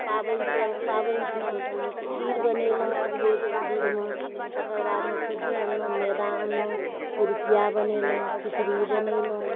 पाबनिसँ पाबनिदिना खीर बनेलहुँ अगबे दूधमे तकर बादमे सुज्जी अनलहुँ मैदा अनलहुँ पिरुकिआ बनेलहुँ खिचड़ी बनेलहुँ